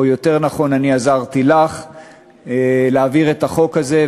או יותר נכון אני עזרתי לך להעביר את החוק הזה,